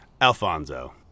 alfonso